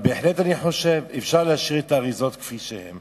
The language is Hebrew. אבל בהחלט אני חושב שאפשר להשאיר את האריזות כפי שהן